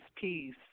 Peace